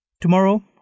Tomorrow